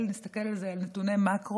נסתכל על כלכלת ישראל, נסתכל על נתוני מקרו